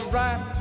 right